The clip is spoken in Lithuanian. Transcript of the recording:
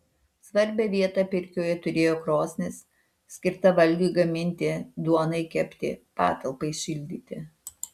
svarbią vietą pirkioje turėjo krosnis skirta valgiui gaminti duonai kepti patalpai šildyti